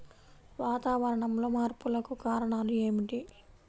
వాతావరణంలో మార్పులకు కారణాలు ఏమిటి?